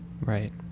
right